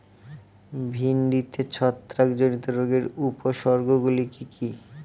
ভিন্ডিতে ছত্রাক জনিত রোগের উপসর্গ গুলি কি কী?